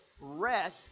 rest